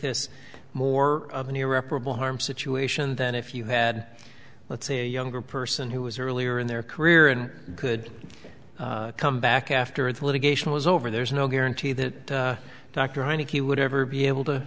irreparable harm situation than if you had let's say a younger person who was earlier in their career and could come back after the litigation was over there's no guarantee that dr arnie he would ever be able to